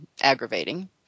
aggravating